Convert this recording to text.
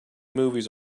movies